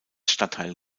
stadtteil